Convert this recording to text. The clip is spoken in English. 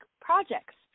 projects